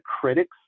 critics